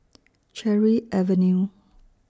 Cherry Avenue